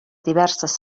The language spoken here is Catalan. diverses